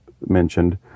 mentioned